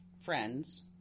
friends